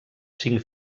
cinc